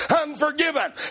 unforgiven